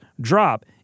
drop